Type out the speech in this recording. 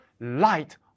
light